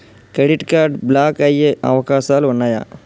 Credit card block అయ్యే అవకాశాలు ఉన్నయా?